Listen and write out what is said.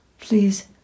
Please